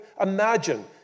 imagine